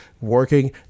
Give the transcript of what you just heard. working